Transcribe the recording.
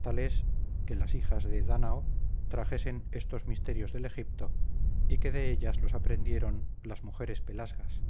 tal es que las hijas de danao trajesen estos misterios del egipto y que de ellas los aprendieron las mujeres pelasgas